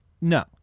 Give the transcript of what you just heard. No